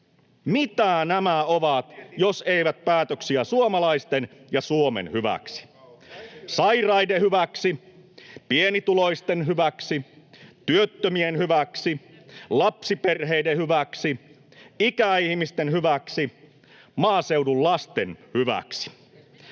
mitä nämä ovat, jos eivät päätöksiä suomalaisten ja Suomen hyväksi? [Jani Mäkelän välihuuto] Sairaiden hyväksi. Pienituloisten hyväksi. Työttömien hyväksi. Lapsiperheiden hyväksi. Ikäihmisten hyväksi. Maaseudun lasten hyväksi.